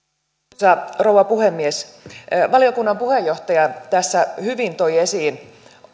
arvoisa rouva puhemies valiokunnan puheenjohtaja hyvin toi esiin